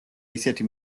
ისეთი